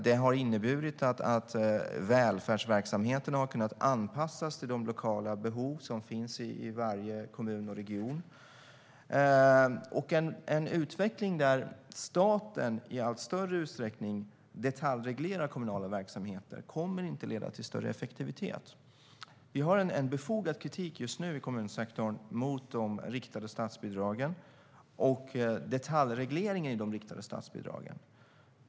Det har inneburit att välfärdsverksamheten har kunnat anpassas till de lokala behov som finns i varje kommun och region. En utveckling där staten i allt större utsträckning detaljreglerar kommunala verksamheter kommer inte att leda till större effektivitet. Vi har en befogad kritik just nu i kommunsektorn mot de riktade statsbidragen och detaljregleringen i de riktade statsbidragen.